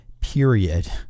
period